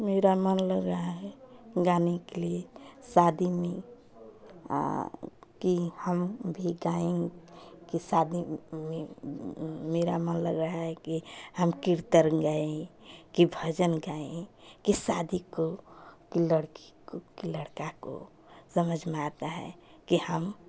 मेरा मन लग रहा है गाने के लिए शादी में आ कि हम भी गाएँ कि शादी में मेरा मन लग रहा है कि हम कीर्तन गाएँ कि भजन गाएँ कि शादी को कि लड़की को लड़का को समझ में आता है कि हम